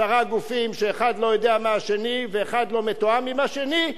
עשרה גופים שהאחד לא יודע מהשני והאחד לא מתואם עם השני,